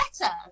better